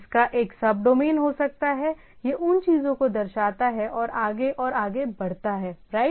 इसका एक सबडोमेन हो सकता है यह उन चीजों को दर्शाता है और आगे और आगे बढ़ता है राइट